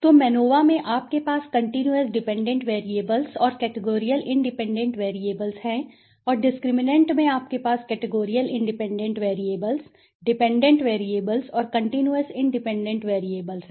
तो मनोवा में आप के पास कन्टीन्यूस डिपेंडेंट वैरिएबल्स और कैटेगोरिअल इंडिपेंडेंट वैरिएबल्स है और डिस्क्रिमिनट में आपके पास categorical independent variables dependent variables और कन्टीन्यूस इंडिपेंडेंट वैरिएबल्स है